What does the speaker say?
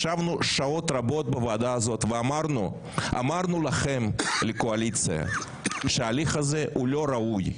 ישבנו שעות רבות בוועדה הזאת ואמרנו לקואליציה שההליך הזה הוא לא ראוי,